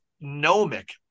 gnomic